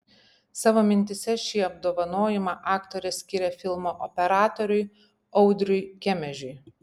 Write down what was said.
savo mintyse šį apdovanojimą aktorė skiria filmo operatoriui audriui kemežiui